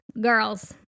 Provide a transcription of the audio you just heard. girls